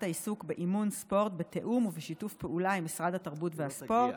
העיסוק באימון ספורט בתיאום ובשיתוף פעולה עם משרד התרבות והספורט,